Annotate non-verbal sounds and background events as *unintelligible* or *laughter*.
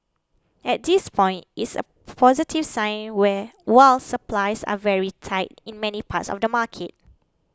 at this point it's a positive sign *unintelligible* while supplies are very tight in many parts of the market